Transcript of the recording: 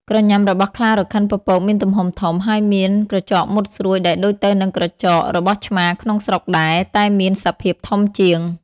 ក្រញាំរបស់ខ្លារខិនពពកមានទំហំធំ ហើយមាន ក្រចកមុតស្រួចដែលដូចទៅនឹងក្រចករបស់ឆ្មាក្នុងស្រុកដែរ តែមានសភាពធំជាង។